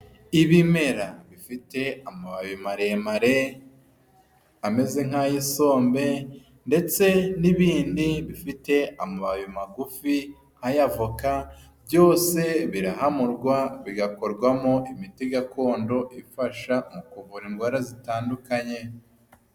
Ibimera bifite amababi maremare ameze nk'ay'isombe ndetse n'ibindi bifite amababi magufi nk'ay'avoka, byose birahanurwa bigakorwamo imiti gakondo ifasha mu kuvura indwara zitandukanye.